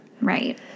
right